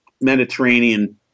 Mediterranean